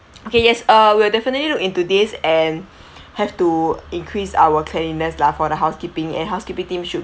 okay yes err we will definitely look into this and have to increase our cleanliness lah for the housekeeping and housekeeping team should